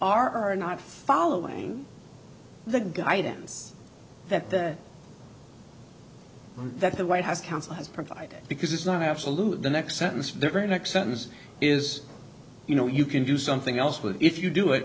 are are not following the guidance that the that the white house counsel has provided because it's not absolute the next sentence very next sentence is you know you can do something else with if you do it